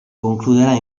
concluderà